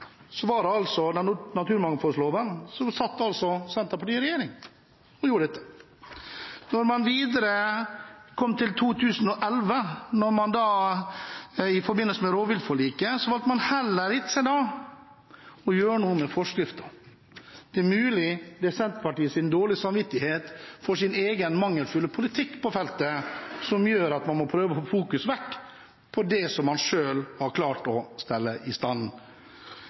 så kom til 2011, valgte man i forbindelse med rovviltforliket heller ikke da å gjøre noe med forskriften. Det er mulig det er Senterpartiets dårlige samvittighet for egen mangelfulle politikk på feltet som gjør at man prøver å ta fokuset vekk fra det som man selv har klart å stelle i